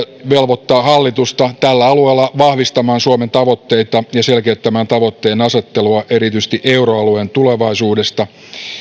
velvoittaa hallitusta tällä alueella vahvistamaan suomen tavoitteita ja selkeyttämään tavoitteenasettelua erityisesti euroalueen tulevaisuudesta